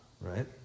right